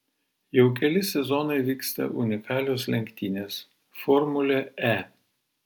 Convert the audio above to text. jau keli sezonai vyksta unikalios lenktynės formulė e